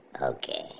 Okay